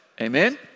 amen